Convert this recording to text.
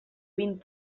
vint